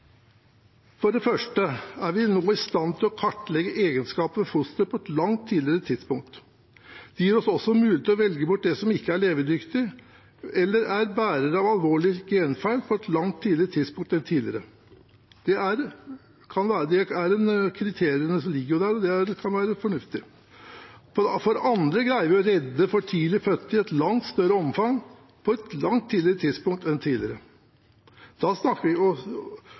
For det første er vi nå i stand til å kartlegge egenskaper hos fosteret på et langt tidligere tidspunkt. Det gir oss også mulighet til å velge bort det som ikke er levedyktig, eller som er bærer av en alvorlig genfeil, på et langt tidligere tidspunkt enn tidligere. Det er kriteriene som ligger der, og de kan være fornuftige. For det andre greier vi å redde for tidlig fødte i et langt større omfang på et langt tidligere tidspunkt enn tidligere. Det tredje er det som gjør debatten om abort aktuell: muligheten til fosterreduksjon. Da snakker vi